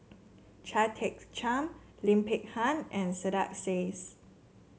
Chia Tee Chiak Lim Peng Han and Saiedah Says